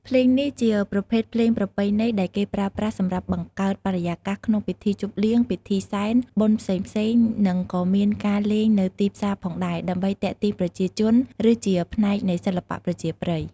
ភ្លេងនេះជាប្រភេទភ្លេងប្រពៃណីដែលគេប្រើប្រាស់សម្រាប់បង្កើតបរិយាកាសក្នុងពិធីជប់លៀង ពិធីសែន បុណ្យផ្សេងៗ និងក៏មានការលេងនៅទីផ្សារផងដែរ ដើម្បីទាក់ទាញប្រជាជន ឬជាផ្នែកនៃសិល្បៈប្រជាប្រិយ។